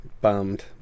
bummed